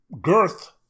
girth